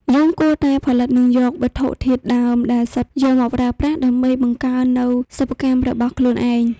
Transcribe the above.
យើងគួរតែផលិតនិងយកវត្ថុធាតុដើមដែលសុទ្ធយកមកប្រើប្រាស់ដើម្បីបង្កើននូវសិប្បកម្មរបស់ខ្លួនឯង។